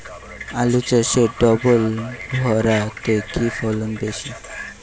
আলু চাষে ডবল ভুরা তে কি ফলন বেশি?